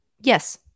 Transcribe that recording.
Yes